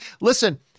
Listen